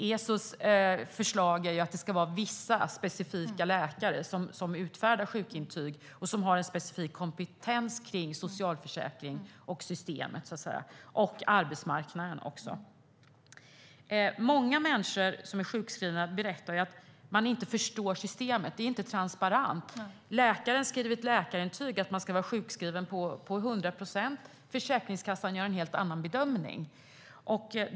ESO:s förslag är att det ska vara vissa specifika läkare som utfärdar sjukintyg. De ska ha en speciell kompetens när det gäller socialförsäkringen och systemet och även arbetsmarknaden. Många människor som är sjukskrivna berättar att de inte förstår systemet. Det är inte transparent. Läkaren skriver ett läkarintyg på att man ska vara sjukskriven till 100 procent. Försäkringskassan gör en helt annan bedömning.